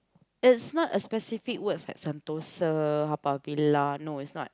is not a specific word like Sentosa Haw-Par-Villa no is not